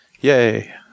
Yay